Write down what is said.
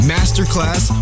Masterclass